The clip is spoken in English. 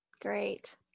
great